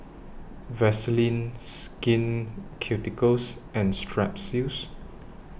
Vaselin Skin Ceuticals and Strepsils